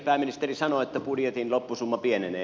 pääministeri sanoi että budjetin loppusumma pienenee